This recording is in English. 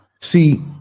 See